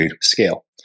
scale